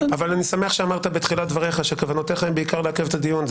אני שמח שאמרת בתחילת דבריך שכוונותיך הן בעיקר לעכב את הדיון.